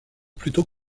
plutôt